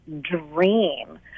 dream